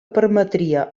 permetria